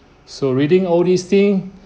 so reading all these thing